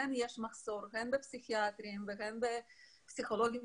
הן בפסיכיאטרים והן בפסיכולוגים.